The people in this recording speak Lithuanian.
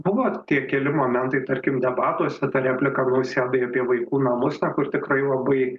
buvo tie keli momentai tarkim debatuose ta replika nausėdai apie vaikų namus ten kur tikrai labai